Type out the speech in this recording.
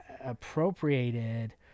appropriated